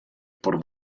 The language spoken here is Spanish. por